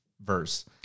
verse